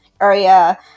area